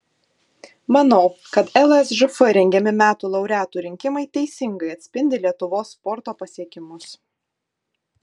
manau kad lsžf rengiami metų laureatų rinkimai teisingai atspindi lietuvos sporto pasiekimus